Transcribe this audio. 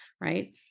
right